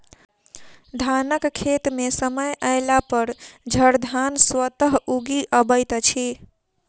धानक खेत मे समय अयलापर झड़धान स्वतः उगि अबैत अछि